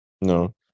No